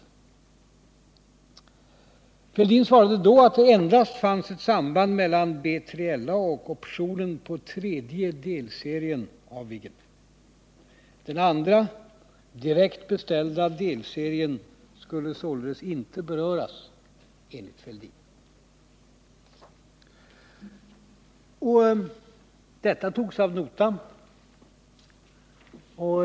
Herr Fälldin svarade då att det endast fanns ett samband mellan B3LA och optionen på tredje delserien av Viggen. Den andra, direkt beställda, delserien skulle således inte beröras enligt herr Fälldin. Detta togs ad notam.